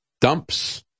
dumps